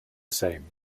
same